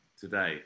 today